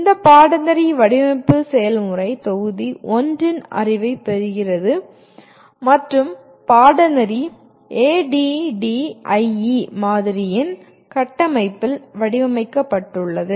இந்த பாடநெறி வடிவமைப்பு செயல்முறை தொகுதி 1 இன் அறிவைப் பெறுகிறது மற்றும் பாடநெறி ADDIE மாதிரியின் கட்டமைப்பில் வடிவமைக்கப்பட்டுள்ளது